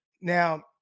Now